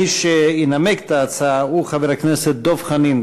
מי שינמק את ההצעה הוא חבר הכנסת דב חנין,